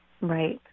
Right